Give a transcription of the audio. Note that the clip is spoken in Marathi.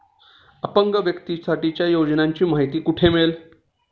अपंग व्यक्तीसाठीच्या योजनांची माहिती कुठे मिळेल?